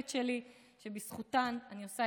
קסטיאל, ואכן היום הוחלט לא לשחרר אותו.